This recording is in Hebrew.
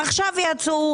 עכשיו יצאו